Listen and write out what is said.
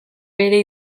bere